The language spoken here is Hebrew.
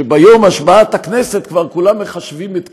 שביום השבעת הכנסת כבר כולם מחשבים את קיצה,